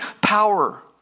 power